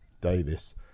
davis